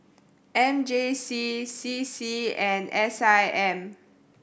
M J C C C and S I M